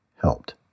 helped